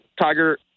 tiger